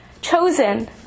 chosen